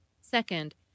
Second